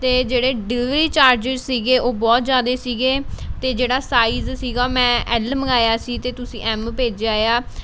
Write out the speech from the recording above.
ਅਤੇ ਜਿਹੜੇ delivery charges ਸੀਗੇ ਉਹ ਬਹੁਤ ਜ਼ਿਆਦਾ ਸੀਗੇ ਅਤੇ ਜਿਹੜਾ ਸਾਈਜ਼ ਸੀਗਾ ਮੈਂ ਐੱਲ ਮੰਗਵਾਇਆ ਸੀ ਅਤੇ ਤੁਸੀਂ ਐੱਮ ਭੇਜਿਆ ਆ